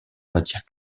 matière